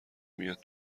میاد